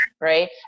right